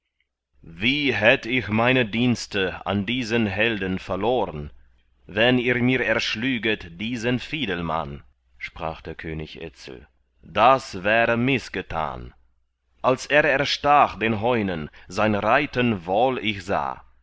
wie hätt ich meine dienste an diesen helden verlorn wenn ihr mir erschlüget diesen fiedelmann sprach der könig etzel das wäre mißgetan als er erstach den heunen sein reiten wohl ich sah